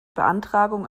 beantragung